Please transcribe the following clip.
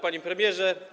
Panie Premierze!